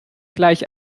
gleich